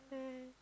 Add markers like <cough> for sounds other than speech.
<noise>